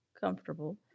comfortable